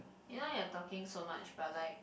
you know you are talking so much but like